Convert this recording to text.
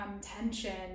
tension